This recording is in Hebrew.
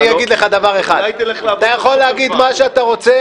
--- אני אגיד דבר אחד: אתה יכול להגיד מה שאתה רוצה,